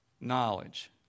knowledge